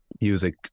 Music